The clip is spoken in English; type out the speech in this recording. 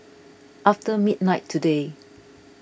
after midnight today